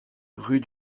rue